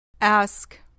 Ask